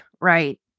Right